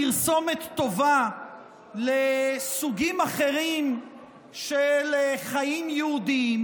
פרסומת טובה לסוגים אחרים של חיים יהודיים,